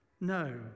No